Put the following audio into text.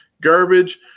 garbage